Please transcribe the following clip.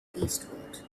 eastward